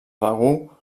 begur